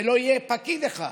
ולא יהיה פקיד אחד,